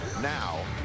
Now